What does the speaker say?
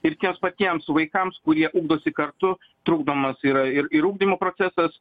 ir tiems patiems vaikams kurie ugdosi kartu trukdomas yra ir ir ugdymo procesas